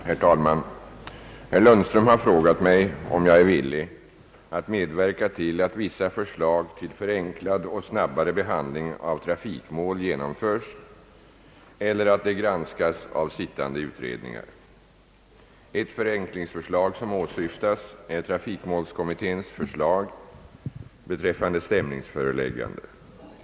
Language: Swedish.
Herr talman! Herr Lundström har frågat mig, om jag är villig att medverka till att vissa förslag till förenklad och snabbare behandling av trafikmål genomförs eller att de granskas av sittande utredningar. Ett förenklingsförslag som åsyftas är trafikmålskommitténs förslag beträffande stämningsföreläg gande.